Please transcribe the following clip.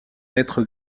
lettre